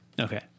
Okay